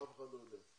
אף אחד לא יודע.